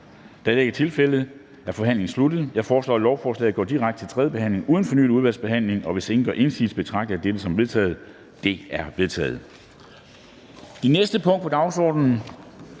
med undtagelse af Nye Borgerlige)? De er vedtaget. Jeg foreslår, at lovforslaget går direkte til tredje behandling uden fornyet udvalgsbehandling. Hvis ingen gør indsigelse, betragter jeg det som vedtaget. Det er vedtaget.